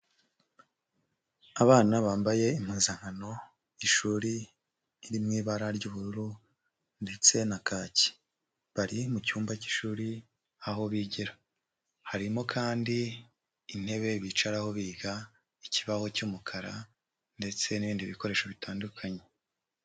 Abana bambaye impuzankano y'ishuri iri mu ibara ry'ubururu ndetse na kaki, bari mu cyumba cy'ishuri aho bigira, harimo kandi intebe bicaraho biga, ikibaho cy'umukara ndetse n'ibindi bikoresho bitandukanye.